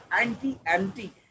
anti-anti